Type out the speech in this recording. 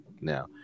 Now